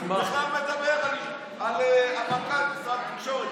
בכלל מדבר על המנכ"לית של משרד התקשורת,